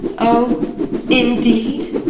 oh indeed?